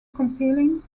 compelling